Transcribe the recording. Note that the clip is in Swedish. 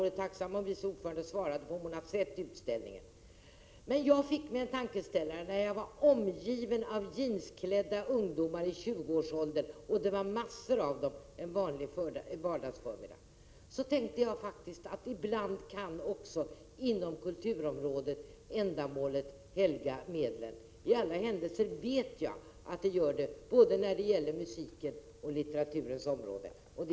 Coca Cola-utställningen tyckte jag själv var dålig, men jag fick mig en tankeställare när jag en vanlig vardagsförmiddag på museet var omgiven av massor av jeansklädda ungdomar i 20-årsåldern. Även på kulturområdet kan ändamålet ibland helga medlen, tänkte jag. I alla händelser vet jag att det gör det på både musikens och litteraturens område.